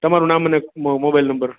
તમારું નામ અને મોબાઈલ નંબર